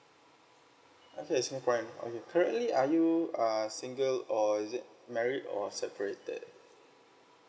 okay singaporean okay currently are you uh single or is it married or separated